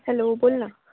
hello बोल ना